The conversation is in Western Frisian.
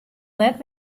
net